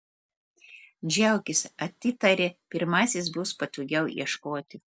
džiaukis atitarė pirmasis bus patogiau ieškoti